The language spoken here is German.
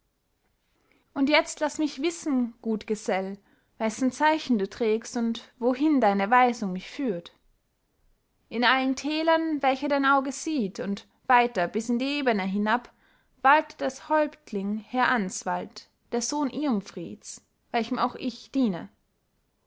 und jetzt laß mich wissen gutgesell wessen zeichen du trägst und wohin deine weisung mich führt in allen tälern welche dein auge sieht und weiter bis in die ebene hinab waltet als häuptling herr answald der sohn irmfrieds welchem auch ich diene